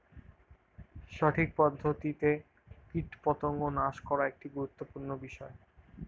সঠিক পদ্ধতিতে কীটপতঙ্গ নাশ করা একটি গুরুত্বপূর্ণ বিষয়